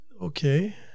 okay